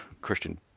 Christian